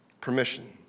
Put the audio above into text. permission